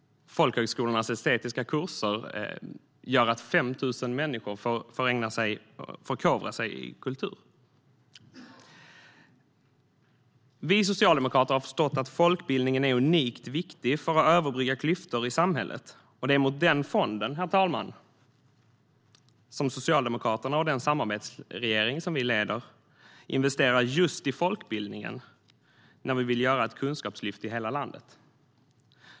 Folkhögskolornas estetiska kurser gör att 5 000 människor kan förkovra sig i kultur. Vi socialdemokrater har förstått att folkbildningen är unikt viktig för att överbrygga klyftor i samhället, och det är mot den fonden, herr talman, som Socialdemokraterna och den samarbetsregering vi leder investerar just i folkbildningen när vi vill göra ett kunskapslyft i hela landet.